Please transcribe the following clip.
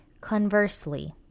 Conversely